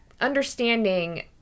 understanding